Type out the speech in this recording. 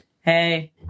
Hey